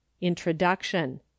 Introduction